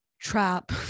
trap